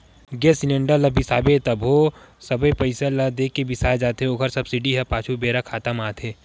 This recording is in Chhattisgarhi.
गेस सिलेंडर ल बिसाबे त सबो पइसा ल दे के बिसाए जाथे ओखर सब्सिडी ह पाछू बेरा खाता म आथे